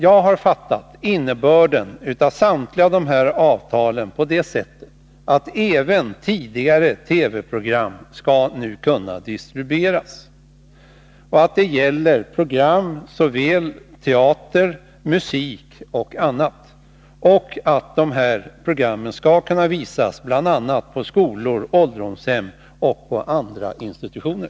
Jag har fattat innebörden av samtliga de här avtalen på det sättet att även tidigare TV-program nu skall kunna distribueras. Det gäller såväl teateroch musikprogram som andra program. Programmen skall kunna visas bl.a. på skolor, ålderdomshem och andra institutioner.